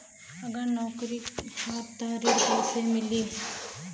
अगर नौकरी ह त ऋण कैसे मिली?